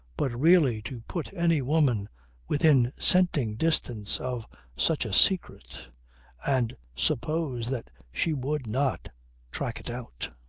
but really to put any woman within scenting distance of such a secret and suppose that she would not track it out!